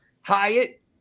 Hyatt